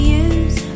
use